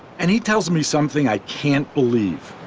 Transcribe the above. and he tells me something i can't believe.